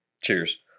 cheers